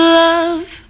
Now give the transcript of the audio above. love